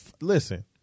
Listen